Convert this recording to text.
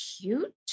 cute